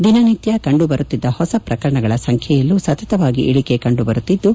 ದಿನನಿತ್ಯ ಕಂಡುಬರುತ್ತಿದ್ದ ಹೊಸ ಪ್ರಕರಣಗಳ ಸಂಖ್ಲೆಯಲ್ಲೂ ಸತತವಾಗಿ ಇಳಕೆ ಕಂಡು ಬರುತ್ತಿದ್ದು